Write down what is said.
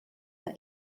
war